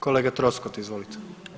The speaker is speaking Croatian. Kolega Troskot, izvolite.